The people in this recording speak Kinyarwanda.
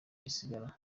gisagara